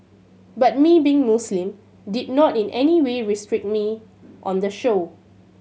but me being Muslim did not in any way restrict me on the show